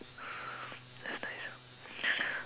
that's nice